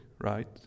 right